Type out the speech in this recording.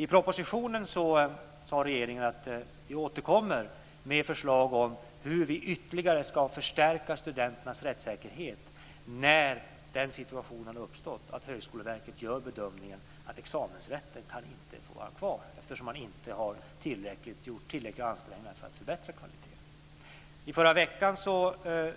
I propositionen sade regeringen att vi återkommer med förslag om hur vi ytterligare ska förstärka studenternas rättssäkerhet när den situationen uppstått att Högskoleverket gör bedömningen att examensrätten inte kan få vara kvar, eftersom man inte har gjort tillräckliga ansträngningar för att förbättra kvaliteten. I förra veckan